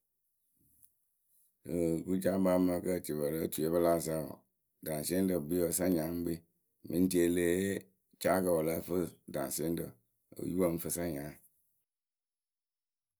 Rɨ wɨkucaakpǝ amaa kǝ́ etiepǝ lo otuyǝ we pɨ láa zaŋ wǝǝ, Easier gbii wǝ́ sanyaayǝ ŋ kpii mɨŋ tieyǝ leh yee caakǝ wǝǝ lǝ́ǝ fɨ ɖaŋsieŋrǝ oyupǝ ŋ fɨ sanyaa.